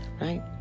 right